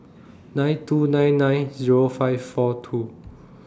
nine two nine nine Zero five four two